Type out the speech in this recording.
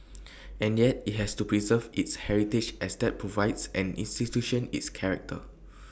and yet IT has to preserve its heritage as that provides an institution its character